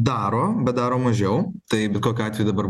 daro bet daro mažiau tai bet kokiu atveju dabar